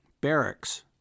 Barracks